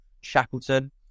Shackleton